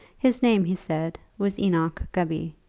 his name, he said, was enoch gubby,